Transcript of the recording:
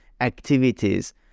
activities